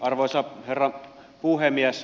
arvoisa herra puhemies